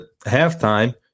halftime